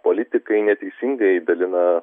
politikai neteisingai dalina